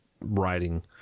writing